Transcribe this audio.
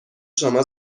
شما